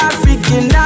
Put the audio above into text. African